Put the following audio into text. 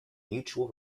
mutual